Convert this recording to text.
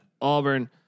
Auburn